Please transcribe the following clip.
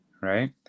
right